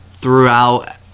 throughout